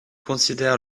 considère